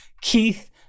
Keith